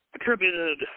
Attributed